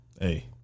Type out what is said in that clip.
Hey